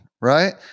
right